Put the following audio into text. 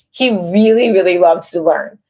he really really loves to learn.